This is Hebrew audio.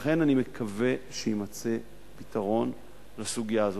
לכן, אני מקווה שיימצא פתרון לסוגיה הזאת.